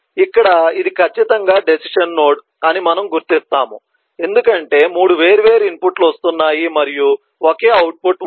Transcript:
ఇక్కడ ఇది ఖచ్చితంగా డెసిషన్ నోడ్ అని మనము గుర్తిస్తాము ఎందుకంటే 3 వేర్వేరు ఇన్పుట్లు వస్తున్నాయి మరియు ఒకే అవుట్పుట్ ఉంది